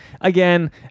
again